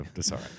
sorry